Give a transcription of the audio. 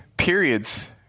Periods